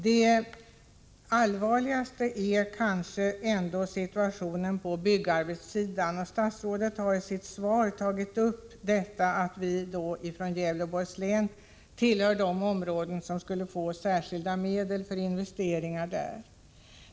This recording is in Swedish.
Det allvarligaste problemet är kanske situationen på byggarbetssidan. Statsrådet nämner i sitt svar att länet tillhör de områden som bör få särskilda medel för investeringar.